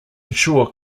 ensure